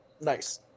Nice